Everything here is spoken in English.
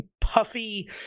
puffy